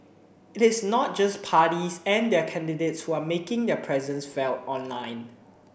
it is not just parties and their candidates who are making their presence felt online